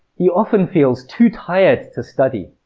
he often feels too tired to study,